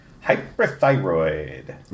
Hyperthyroid